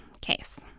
case